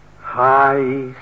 high